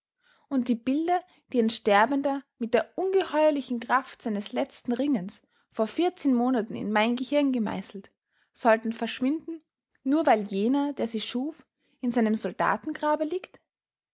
und die bilder die ein sterbender mit der ungeheuerlichen kraft seines letzten ringens vor vierzehn monaten in mein gehirn gemeißelt sollten verschwinden nur weil jener der sie schuf in seinem soldatengrabe liegt